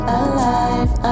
alive